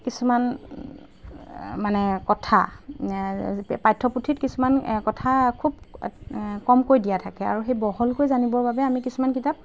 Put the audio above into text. কিছুমান মানে কথা পাঠ্যপুথিত কিছুমান কথা খুব কমকৈ দিয়া থাকে আৰু সেই বহল হৈ জানিবৰ বাবে আমি কিছুমান কিতাপ